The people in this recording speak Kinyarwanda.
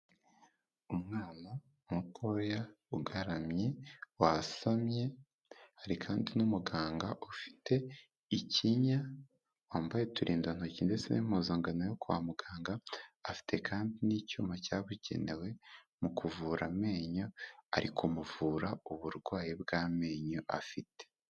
Umwana mutoya ugaramye wasamye hari kandi n'umuganga ufite ikinya wambaye uturindantoki ndetse n'impuzangano yo kwa muganga, afite kandi n'icyuma cyabugenewe mu kuvura amenyo ari kumuvura uburwayi bw'amenyo afite.